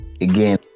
again